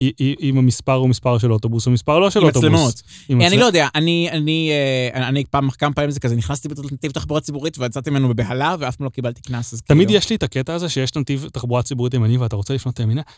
אם המספר הוא מספר של אוטובוס או מספר לא של אוטובוס. עם מצלמות, אני לא יודע, אני כמה פעמים נכנסתי לנתיב תחבורה ציבורית ויצאתי ממנו בבהלה ואף פעם לא קיבלתי קנס. תמיד יש לי את הקטע הזה שיש נתיב תחבורה ציבורית ימני ואתה רוצה לפנות ימינה.